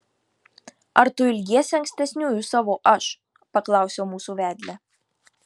ar tu ilgiesi ankstesniųjų savo aš paklausiau mūsų vedlę